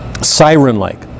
siren-like